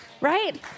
right